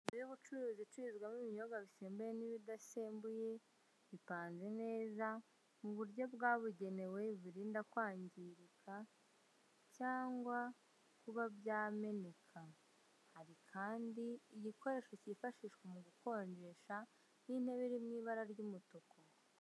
Inzu y'ubucuruzi ibicururizwamo ibinyobwa bisembuye n'ibidasembuye bipanze neza mu buryo bwabugenewe burinda kwangirika cyangwa kuba byameneka hari kandi igikoresho cyifashishwa mu gukonjesha n'intebe iri mu ibara ry'umutuku.